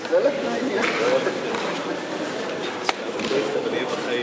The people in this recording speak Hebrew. יש לי העונג המיוחד לנהל את הישיבה